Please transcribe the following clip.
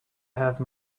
have